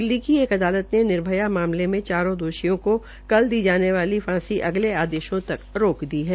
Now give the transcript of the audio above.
दिल्ली की एक अदालत ने निर्भया मामले में चारों दोषियों को कल दी जाने वाली फांसी अगले आदेशों तक रोक दी है